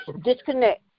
Disconnect